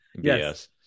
Yes